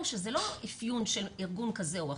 שזה לא אפיון של ארגון כזה או אחר,